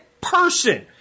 person